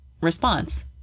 response